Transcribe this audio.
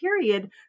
period